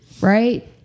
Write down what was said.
right